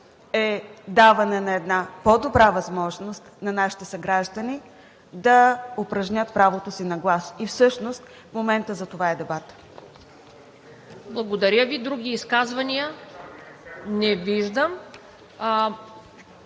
е даване на една по-добра възможност на нашите съграждани да упражнят правото си на глас. И всъщност в момента за това е дебатът. ПРЕДСЕДАТЕЛ ТАТЯНА ДОНЧЕВА: Благодаря Ви. Други изказвания? Не виждам.